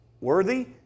worthy